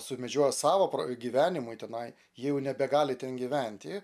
sumedžioja savo pragyvenimui tenai jie jau nebegali ten gyventi